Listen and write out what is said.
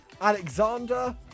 Alexander